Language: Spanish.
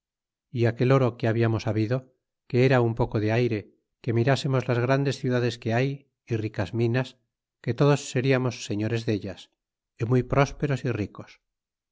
daria y aquel oro que hablarnos habido que era un poco de ayre que mirasernos las grandes ciudades que hay e ricas minas que todos seriamos señores dellas y muy prósperos é ricos